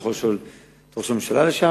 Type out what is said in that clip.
אתה יכול לשאול את ראש הממשלה לשעבר,